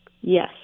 Yes